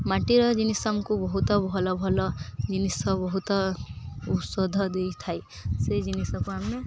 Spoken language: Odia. ମାଟିର ଜିନିଷ ଆମକୁ ବହୁତ ଭଲ ଭଲ ଜିନିଷ ବହୁତ ଔଷଧ ଦେଇଥାଏ ସେଇ ଜିନିଷକୁ ଆମେ